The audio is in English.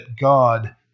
God